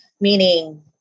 meaning